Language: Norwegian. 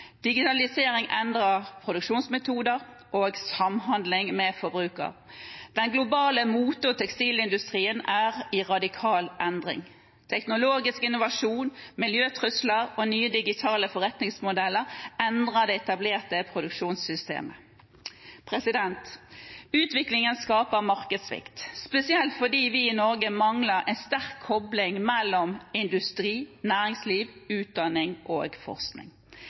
Digitalisering endrer produksjonsmetoder og samhandling med forbruker. Den globale mote- og tekstilindustrien er i radikal endring. Teknologisk innovasjon, miljøtrusler og nye digitale forretningsmodeller endrer det etablerte produksjonssystemet. Utviklingen skaper markedssvikt – spesielt fordi vi i Norge mangler en sterk kobling mellom industri, næringsliv, utdanning og forskning.